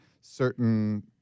certain